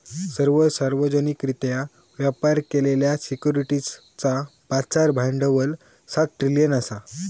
सर्व सार्वजनिकरित्या व्यापार केलेल्या सिक्युरिटीजचा बाजार भांडवल सात ट्रिलियन असा